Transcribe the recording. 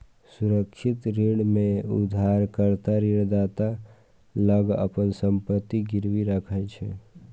सुरक्षित ऋण मे उधारकर्ता ऋणदाता लग अपन संपत्ति गिरवी राखै छै